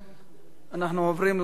אנחנו עוברים לנושא הבא,